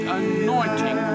anointing